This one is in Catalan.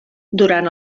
durant